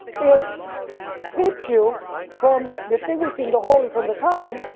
it keeps you from distinguishing the holy from the common,